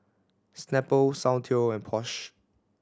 Snapple Soundteoh and Porsche